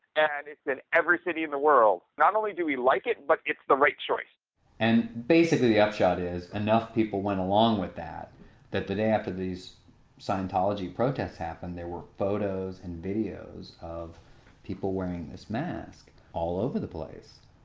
and it's in every city in the world. not only do we like it, but it's the right choice and basically the upshot is enough people went along with that that the day after these scientology protests happened there were photos and videos of people wearing this mask all over the place.